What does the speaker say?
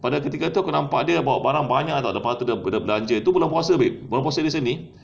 pada ketika tu aku nampak dia bawa barang banyak [tau] lepas tu dia belanja tu bulan puasa babe bulan puasa recently